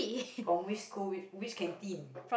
from which school which which canteen